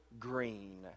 Green